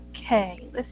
Okay